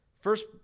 First